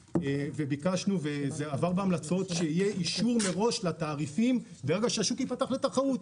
ביקשנו שיהיה אישור מראש לתעריפים ברגע שהשוק ייפתח לתחרות,